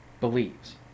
believes